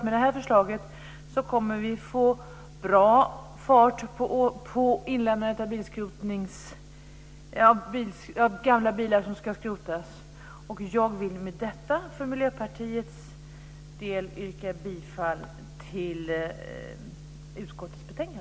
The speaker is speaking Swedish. Med det här förslaget kommer vi att få bra fart på inlämnandet av gamla bilar som ska skrotas. Jag vill med detta för Miljöpartiets del yrka bifall till utskottets hemställan.